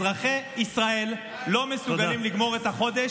אזרחי ישראל לא מסוגלים לגמור את החודש